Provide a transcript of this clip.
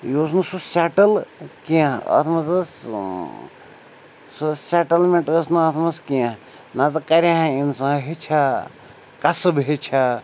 یہِ اوس نہٕ سُہ سٮ۪ٹٕل کینٛہہ اَتھ منٛز ٲس سۄ ٲس سٮ۪ٹٕلمٮ۪نٛٹ ٲس نہٕ اَتھ منٛز کینٛہہ نَتہٕ کَرِہے اِنسان ہیٚچھِ ہا کَسٕب ہیٚچھِ ہا